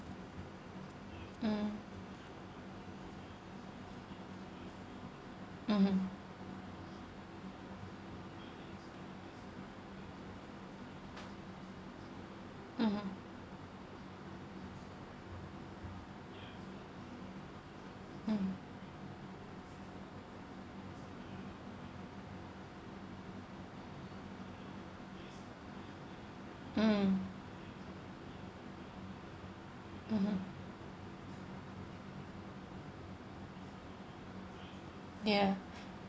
mm mmhmm mmhmm mm mm mmhmm ya